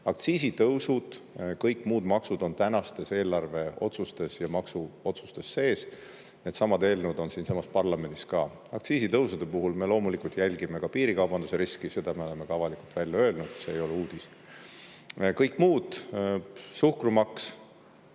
Aktsiisitõusud ja kõik muud maksud on tänastes eelarveotsustes ja maksuotsustes sees. Needsamad eelnõud on siinsamas parlamendis ka. Aktsiisitõusude puhul me loomulikult jälgime ka piirikaubanduse riski. Seda me oleme ka avalikult välja öelnud, see ei ole uudis. Kõik muud, suhkrumaksu